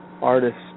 artists